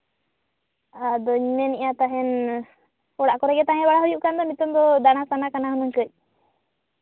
ᱟᱫᱚᱧ ᱢᱮᱱᱮᱜᱼᱟ ᱛᱟᱦᱮᱱ ᱚᱲᱟᱜ ᱠᱚᱨᱮ ᱜᱮ ᱛᱟᱦᱮᱸ ᱵᱟᱲᱟ ᱦᱩᱭᱩᱜ ᱠᱟᱱ ᱫᱚ ᱱᱤᱛᱚᱝ ᱫᱚ ᱫᱟᱬᱟ ᱥᱟᱱᱟ ᱠᱟᱱᱟ ᱠᱟᱹᱡ